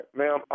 ma'am